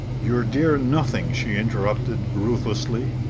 your dear nothing! she interrupted ruthlessly.